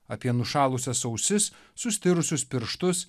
apie nušalusias ausis sustirusius pirštus